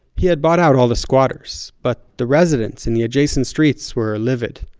he had bought out all the squatters, but the residents in the adjacent streets were livid,